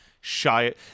shy